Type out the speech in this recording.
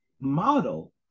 model